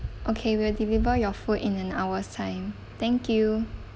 okay we will deliver your food in an hour's time thank you